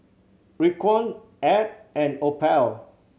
Raekwon Ed and Opal